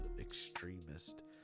extremist